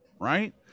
Right